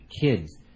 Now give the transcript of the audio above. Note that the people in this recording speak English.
kids